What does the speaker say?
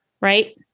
Right